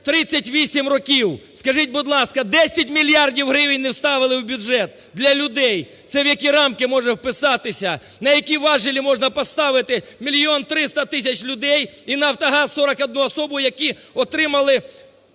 1938 років. Скажіть, будь ласка, 10 мільярдів гривень не вставили в бюджет для людей. Це в які рамки може вписатися, на які важелі можна поставити 1 мільйон 300 тисяч людей і "Нафтогаз" 41 особу, які отримали